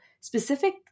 specific